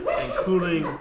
including